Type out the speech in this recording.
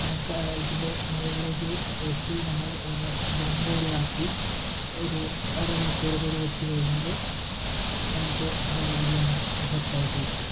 അതിൻ്റെ മുകളിലേക്ക് വെച്ച് നമ്മള് ദം പോലെ ആക്കി ഒരു അര മണിക്കൂറും കൂടെ വെച്ച് കഴിഞ്ഞാല് നമുക്ക് ബിരിയാണി സെറ്റായിട്ട് കിട്ടും